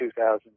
2,000